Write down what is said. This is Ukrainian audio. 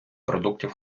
продуктів